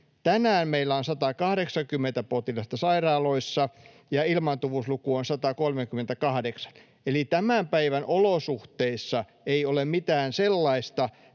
Tänään meillä on 180 potilasta sairaaloissa ja ilmaantuvuusluku on 138, eli tämän päivän olosuhteissa ei ole mitään sellaista,